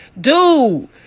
Dude